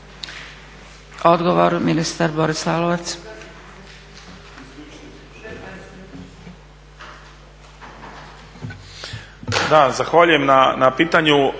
repliku, ministar Boris Lalovac.